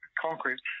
concrete